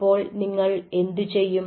അപ്പോൾ നിങ്ങൾ എന്തു ചെയ്യും